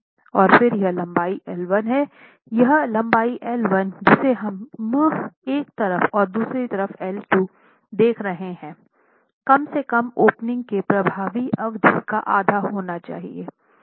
और फिर यह लंबाई L 1 हैं यह लंबाई L 1 जिसे हम एक तरफ और दूसरी तरफ L2 देख रहे हैं कम से कम ओपनिंग के प्रभावी अवधि का आधा होना चाहिए